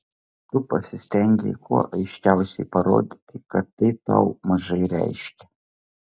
tu pasistengei kuo aiškiausiai parodyti kad tai tau mažai reiškia